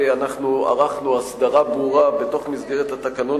אנחנו ערכנו הסדרה ברורה בתוך מסגרת התקנון